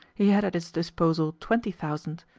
he had at his disposal twenty thousand.